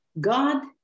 God